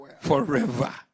forever